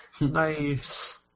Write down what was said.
Nice